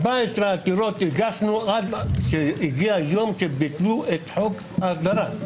14 עתירות הגשנו עד שהגיע היום שביטלו את חוק ההסדרה.